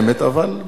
אבל בכל זאת,